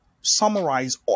summarize